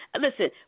Listen